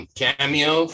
cameo